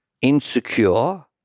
insecure